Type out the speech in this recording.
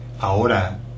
Ahora